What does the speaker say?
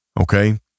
okay